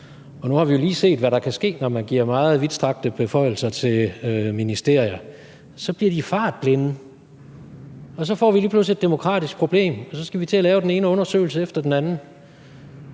Nu har vi jo lige set, hvad der kan ske, når man giver meget vidtstrakte beføjelser til ministerier: Så bliver de fartblinde, og så får vi lige pludselig et demokratisk problem, og så skal vi til at lave den ene undersøgelse efter den anden.